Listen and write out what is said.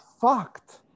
fucked